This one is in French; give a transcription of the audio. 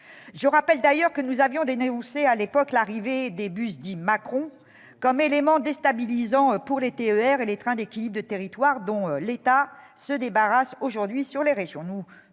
Je rappelle d'ailleurs que nous avions dénoncé à l'époque l'arrivée des bus dits « Macron », comme élément déstabilisant pour les TER et les trains d'équilibre du territoire, dont l'État se débarrasse aujourd'hui sur les régions.